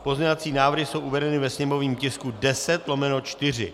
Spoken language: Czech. Pozměňovací návrhy jsou uvedeny ve sněmovním tisku 10/4.